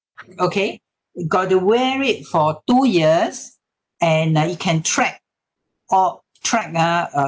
okay you got to wear it for two years and uh it can track or track ah uh